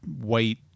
white